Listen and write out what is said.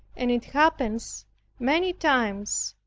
and it happens many times,